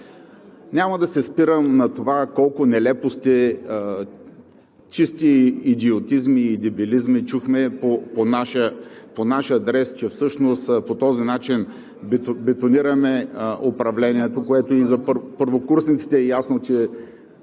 Няма да се спирам на това колко нелепости – чисти идиотизми и дебилизми, чухме по наш адрес, че всъщност по този начин бетонираме управлението, като и за първокурсниците е ясно, че